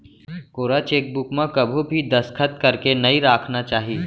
कोरा चेकबूक म कभू भी दस्खत करके नइ राखना चाही